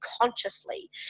consciously